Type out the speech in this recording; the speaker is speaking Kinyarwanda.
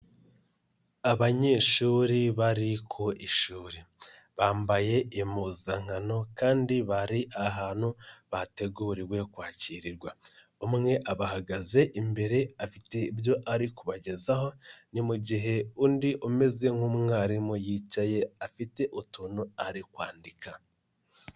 Abanyeshuri bari ku ishuri. Bambaye impuzankano, kandi bari ahantu bateguriwe kwakirwa. Umwe abahagaze imbere afite ibyo ari kubagezaho, ni mu gihe undi umeze nk'umwarimu yicaye afite utuntu ari kwandika.